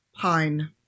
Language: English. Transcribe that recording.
Pine